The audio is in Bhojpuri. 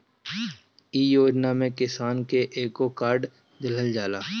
इ योजना में किसान के एगो कार्ड दिहल जाला